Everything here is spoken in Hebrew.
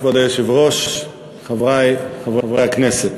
כבוד היושב-ראש, תודה רבה, חברי חברי הכנסת,